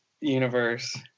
universe